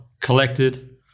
collected